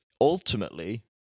ultimately